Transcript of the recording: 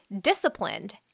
disciplined